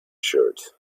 shirt